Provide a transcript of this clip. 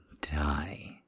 die